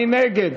מי נגד?